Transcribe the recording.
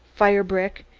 fire-brick,